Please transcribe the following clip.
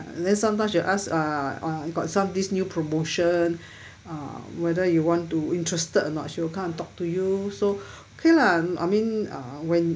then sometimes she'll ask uh uh you got some this new promotion uh whether you want to interested or not she'll come and talk to you so okay lah I mean uh when